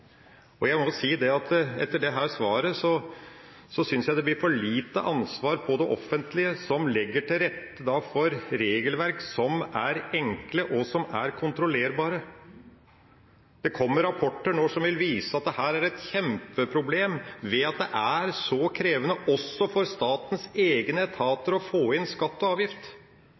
og jeg vil si at etter dette svaret synes jeg det blir for lite ansvar på det offentlige – som legger til rette for regelverk som er enkle og kontrollerbare. Det kommer rapporter som vil vise at dette er et kjempeproblem ved at det er så krevende også for statens egne etater å få inn skatt og avgift.